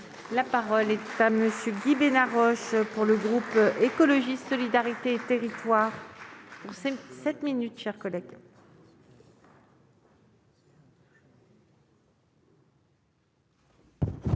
La parole est à M. Guy Benarroche, pour le groupe Écologiste - Solidarité et Territoires.